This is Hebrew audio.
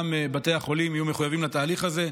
בתי החולים יהיו מחויבים לתהליך הזה.